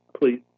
please